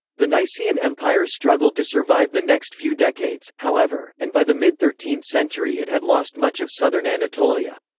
the nicaean empire struggled to survive the next few decades, however, and by the mid thirteenth century it had lost much of southern anatolia.